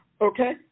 Okay